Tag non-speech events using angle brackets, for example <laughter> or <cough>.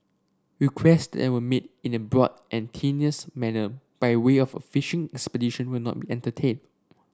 request that are made in a broad and <unintelligible> manner by way of a fishing expedition will not entertained